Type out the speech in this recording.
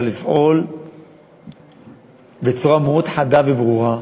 צריך לפעול בצורה מאוד חדה וברורה.